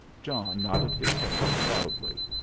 john nodded his head proudly.